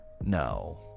no